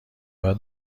بعد